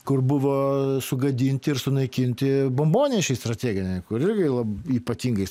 kur buvo sugadinti ir sunaikinti bombonešiai strateginiai kur irgi ypatingai